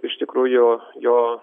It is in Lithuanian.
iš tikrųjų jo